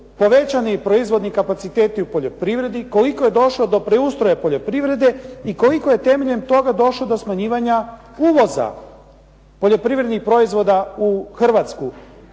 povećani proizvodni kapaciteti u poljoprivredi, koliko je došlo do preustroja poljoprivrede i koliko je temeljem toga došlo do smanjivanja uvoza poljoprivrednih proizvoda u Hrvatsku.